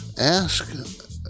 Ask